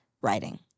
writing